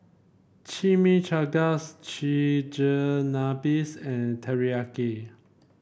Chimichangas Chigenabes and Teriyaki